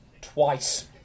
twice